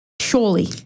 Surely